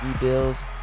Bills